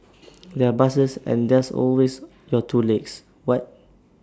there are buses and there's always your two legs what